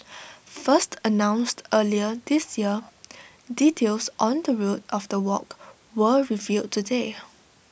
first announced earlier this year details on the route of the walk were revealed today